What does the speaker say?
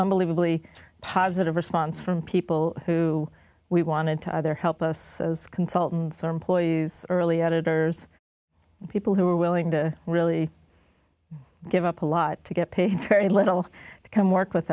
unbelievably positive response from people who we wanted to either help us as consultants or employees early editors people who were willing to really give up a lot to get paid very little to come work with